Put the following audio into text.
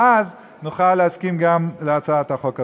ואז נוכל להסכים גם להצעת החוק הזאת.